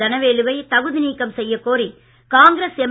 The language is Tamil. தனவேலு வை தகுதி நீக்கம் செய்யக்கோரி காங்கிரஸ் எம்